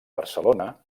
barcelona